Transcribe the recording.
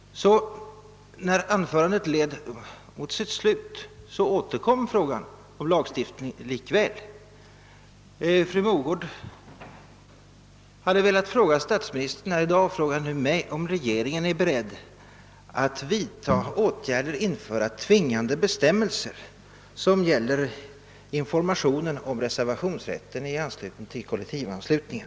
När anförandet led mot sitt slut återkom likväl frågan om lagstiftning. Fru Mogård hade velat fråga statsministern men frågade nu mig, om regeringen är beredd att vidta åtgärder för att införa tvingande bestämmelser beträffande information om reservationsrätt i samband med kollektivanslutning.